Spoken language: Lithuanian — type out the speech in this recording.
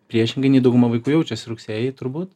priešingai nei dauguma vaikų jaučiasi rugsėjį turbūt